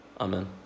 amen